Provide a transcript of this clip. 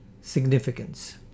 significance